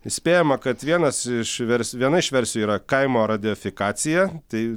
spėjama kad vienas iš vers viena iš versijų yra kaimo radiofikacija tai